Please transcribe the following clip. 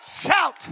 shout